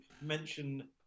mention